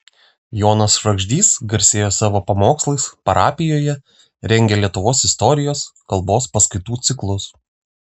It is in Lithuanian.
jonas švagždys garsėjo savo pamokslais parapijoje rengė lietuvos istorijos kalbos paskaitų ciklus